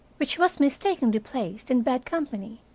which was mistakenly placed in bad company,